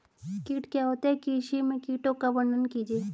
कीट क्या होता है कृषि में कीटों का वर्णन कीजिए?